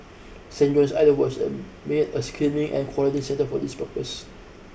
Saint John's Island was made a screening and quarantine centre for this purpose